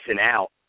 out